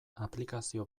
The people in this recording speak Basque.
aplikazio